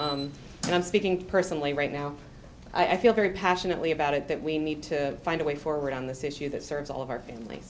and i'm speaking personally right now i feel very passionately about it that we need to find a way forward on this issue that serves all of our famil